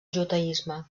judaisme